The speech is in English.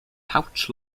pouch